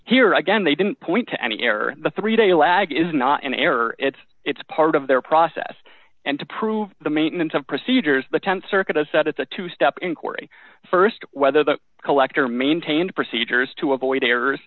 here again they didn't point to any error the three day lag is not an error it's it's part of their process and to prove the maintenance of procedures the th circuit has said it's a two step inquiry st whether the collector maintained procedures to avoid errors